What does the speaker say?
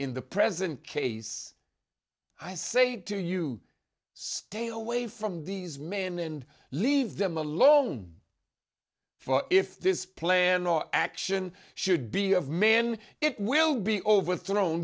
in the present case i say to you stay away from these men and leave them alone for if this plan or action should be of man it will be overthrown